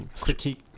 Critique